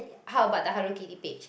how about the Hello Kitty page